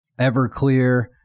Everclear